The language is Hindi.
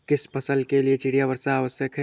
किस फसल के लिए चिड़िया वर्षा आवश्यक है?